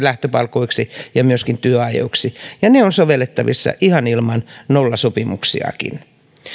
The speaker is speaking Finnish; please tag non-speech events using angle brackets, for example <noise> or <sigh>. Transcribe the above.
<unintelligible> lähtöpalkoiksi ja myöskin työajoiksi ja ne ovat sovellettavissa ihan ilman nollasopimuksiakin